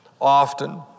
often